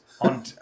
on